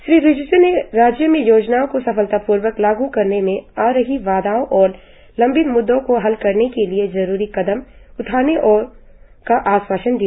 श्री रिजिज् ने राज्य में योजनाओं को सफलतापूर्वक लागू करने में आ रही बांधाओं और लंबित मुदों को हल करने के लिए जरुरी कदम उठाने का आश्वासन दिया